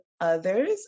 others